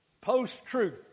post-truth